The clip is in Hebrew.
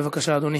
בבקשה, אדוני.